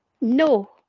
No